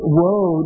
woe